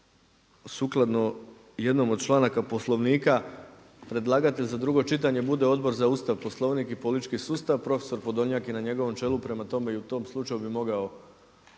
sukladno jednom od članaka Poslovnika predlagatelj za drugo čitanje bude Odbor za Ustav, Poslovnik i politički sustav. Profesor Podolnjak je na njegovom čelu, prema tome i u tom slučaju bi mogao